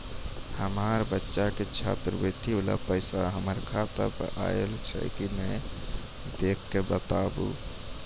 हमार बच्चा के छात्रवृत्ति वाला पैसा हमर खाता पर आयल छै कि नैय देख के बताबू?